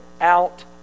out